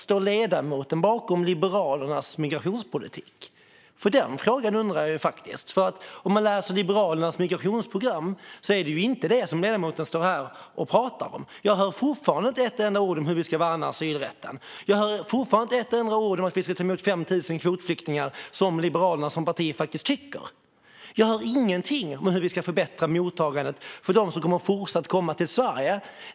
Står ledamoten bakom Liberalernas migrationspolitik? Det undrar jag faktiskt. Om man läser Liberalernas migrationsprogram är det inte det som ledamoten står här och talar om. Jag hör fortfarande inte ett enda ord om hur vi ska värna asylrätten. Jag hör fortfarande inte ett enda ord om att vi ska ta emot 5 000 kvotflyktingar, som Liberalerna som parti faktiskt tycker. Jag hör ingenting om hur vi ska förbättra mottagandet för dem som fortsatt kommer att komma till Sverige.